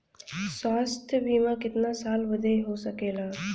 स्वास्थ्य बीमा कितना साल बदे हो सकेला?